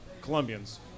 Colombians